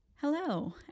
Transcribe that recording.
Hello